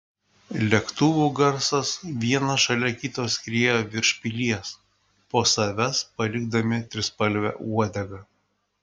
lėktuvų garsas vienas šalia kito skriejo virš pilies po savęs palikdami trispalvę uodegą